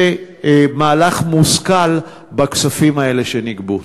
שייעשה מהלך מושכל בכספים האלה שנגבו.